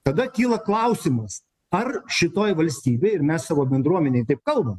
tada kyla klausimas ar šitoj valstybėj ir mes savo bendruomenėj taip kalbam